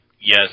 yes